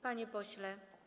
Panie pośle.